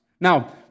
Now